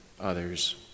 others